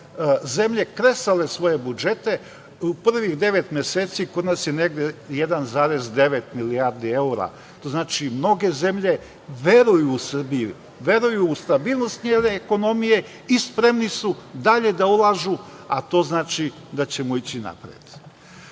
zemlje kresale svoje budžete u prvih devet meseci, kod nas je negde 1,9 milijardi evra. Znači, mnoge zemlje veruju u Srbiju, veruju u stabilnost njene ekonomije i spremni su dalje da ulažu, a to znači da ćemo ići napred. Rast